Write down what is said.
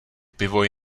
pivo